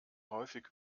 häufig